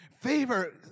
Favor